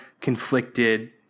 conflicted